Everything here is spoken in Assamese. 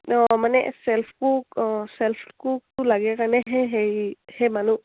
অঁ মানে চেল্ফ কুক অঁ চেল্ফ কুকটো লাগে কাৰণেহে হেৰি সেই মানুহ